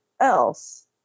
else